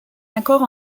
accord